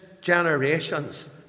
generations